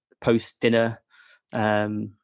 post-dinner